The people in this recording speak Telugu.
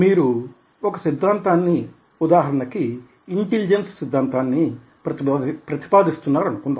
మీరు ఒక సిద్ధాంతాన్ని ఉదాహరణకి ఇంటిలిజెన్స్ సిద్ధాంతాన్ని ప్రతిపాదిస్తున్నారు అనుకుందాం